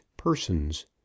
persons